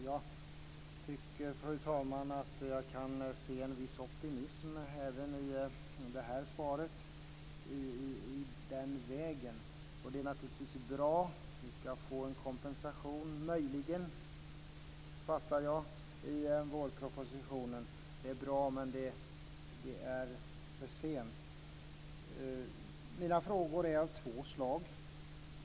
Jag tycker, fru talman, att jag kan se en viss optimism i den vägen även i det här svaret och det är naturligtvis bra att det ska bli en kompensation - möjligen, såvitt jag förstår, i vårpropositionen. Det är bra men det är för sent. Mina frågor är av två slag.